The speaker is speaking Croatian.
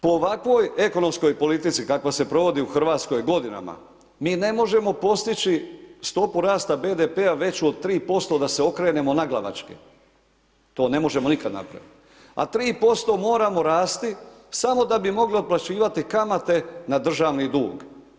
Po ovakvoj ekonomskoj politici kakva se provodi u Hrvatskoj godinama, mi ne možemo postići stopu rasta BDP-a veću od 3% da se okrenemo naglavačke, to ne možemo nikada napraviti, a 3% moramo rasti samo da bi mogla otplaćivati kamate na državni dug.